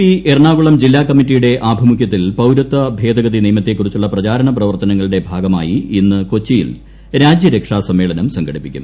P Ernakulam ജില്ലാ കമ്മറ്റിയുടെ ആഭിമുഖ്യത്തിൽ പൌരത്വ ഭേദഗതി നിയമത്തെക്കുറിച്ചുള്ള പ്രചാരണ പ്രവർത്തനങ്ങളുടെ ഭാഗമായി ഇന്ന് കൊച്ചിയിൽ രാജ്യരക്ഷാ സമ്മേളനം സംഘടിപ്പിക്കും